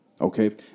Okay